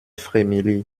frémilly